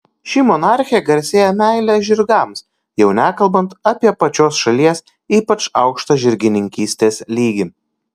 ši monarchė garsėja meile žirgams jau nekalbant apie pačios šalies ypač aukštą žirgininkystės lygį